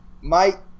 Mike